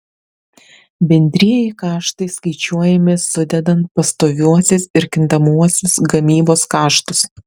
bendrieji kaštai skaičiuojami sudedant pastoviuosius ir kintamuosius gamybos kaštus